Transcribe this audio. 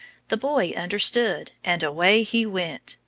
the boy understood, and away he went.